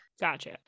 gotcha